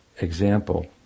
example